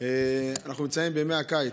אנחנו נמצאים בימי הקיץ.